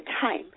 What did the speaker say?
time